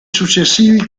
successivi